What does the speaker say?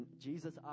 Jesus